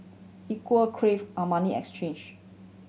Equal Crave Armani Exchange